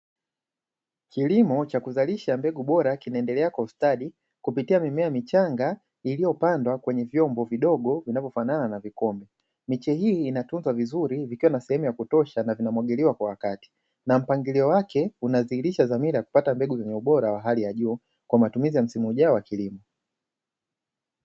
Kilimo cha kuzalisha mbegu bora kinaendelea kwa ustadi, kupitia mimea michanga iliyopandwa kwenye vyombo vidogo vinavyofanana na vikombe, Miche hii inatuzwa vizuri na kumwagiliwa kwa wakati, na mpangilio wake inadhihirisha dhamira za kupata mbegu zenye ubora wa hali ya juu kwa matumizi ya msimu ujao wa kilimo.